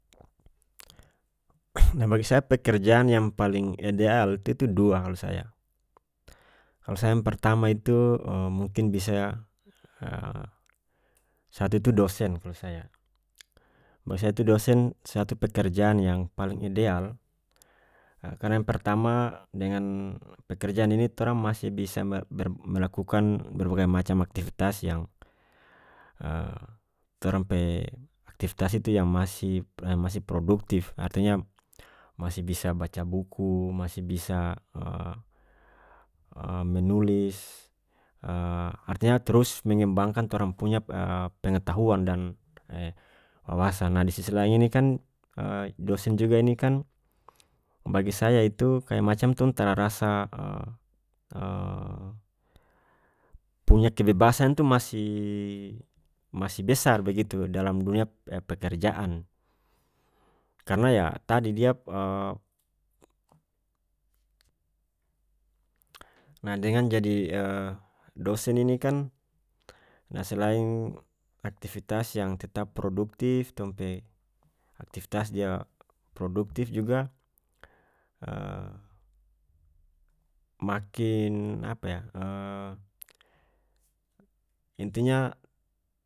bagi saya pekerjaan yang paling ideal itu dua kalu saya kalu saya yang pertama itu mungkin bisa satu itu dosen kalu saya bagi saya itu dosen suatu pekerjaan yang paling ideal karena yang pertama dengan pekerjaan ini torang masih bisa me ber-melakukan berbagai macam aktifitas yang torang pe aktifitas itu yang masih masih produktif artinya masih bisa baca buku masih bisa menulis artinya trus mengembangkan torang punya pengetahuan dan wawasan ah di sisi lain ini kan dosen juga ini kan bagi saya itu kaya macam tong tara rasa punya kebebasan itu masih-masih besar begitu dalam dunia pekerjaan karena yah tadi dia nah dengan jadi dosen ini kan nah selain aktifitas yang tetap produktif tong pe aktifitas dia produktif juga makin apa yah intinya.